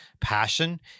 passion